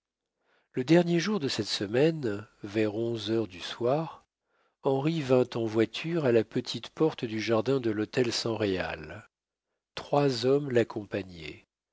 le dernier jour de cette semaine vers onze heures du soir henri vint en voiture à la petite porte du jardin de l'hôtel san réal trois hommes l'accompagnaient